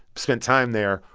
spent time there,